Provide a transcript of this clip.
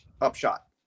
upshot